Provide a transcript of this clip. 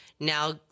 Now